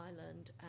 Ireland